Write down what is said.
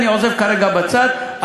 אני עוזב כרגע בצד,